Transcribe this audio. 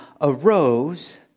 arose